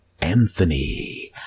Anthony